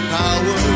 power